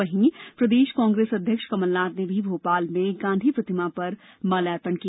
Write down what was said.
वहीं प्रदेश कांग्रेस अध्यक्ष कमलनाथ ने भी भोपाल में गांधी प्रतिमा पर माल्यार्पण किया